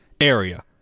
area